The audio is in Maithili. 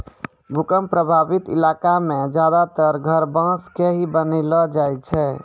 भूकंप प्रभावित इलाका मॅ ज्यादातर घर बांस के ही बनैलो जाय छै